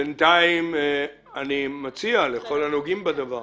בינתיים אני מציע לכל הנוגעים בדבר